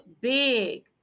big